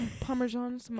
Parmesan